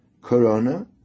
corona